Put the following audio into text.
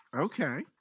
Okay